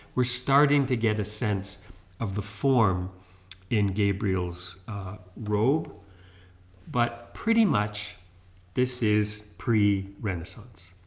we're starting to get a sense of the form in gabriel's robe but pretty much this is pre-renaissance.